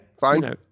fine